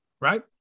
right